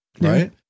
right